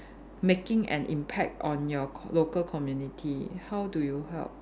making an impact on your co~ local community how do you help